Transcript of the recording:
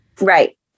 Right